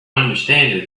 understand